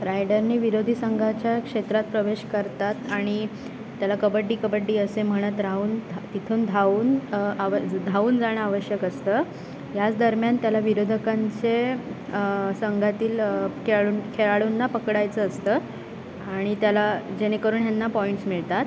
रायडरने विरोधी संघाच्या क्षेत्रात प्रवेश करतात आणि त्याला कबड्डी कबड्डी असे म्हणत राहून धा तिथून धावून आवज धावून जाणं आवश्यक असतं याच दरम्यान त्याला विरोधकांचे संघातील खेळाडू खेळाडूंना पकडायचं असतं आणि त्याला जेणेकरून ह्यांना पॉईंट्स मिळतात